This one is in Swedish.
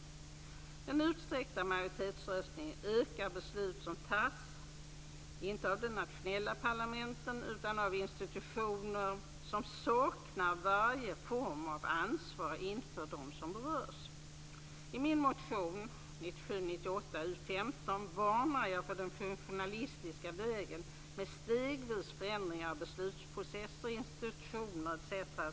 Den utsträckta majoritetsröstningen ökar antalet beslut som fattas inte av de nationella parlamenten utan av institutioner som saknar varje form av ansvar inför dem som berörs. I min motion 1997/98:U15 varnar jag för den funktionalistiska vägen med stegvis förändringar av beslutsprocesser, institutioner etc.